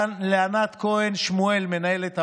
לענת כהן שמואל, מנהלת הוועדה,